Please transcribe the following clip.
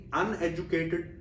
uneducated